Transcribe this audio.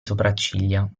sopracciglia